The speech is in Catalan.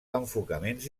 enfocaments